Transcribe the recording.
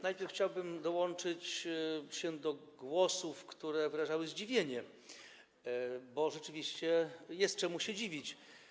Najpierw chciałbym dołączyć się do głosów, które wyrażały zdziwienie, bo rzeczywiście jest się czemu dziwić.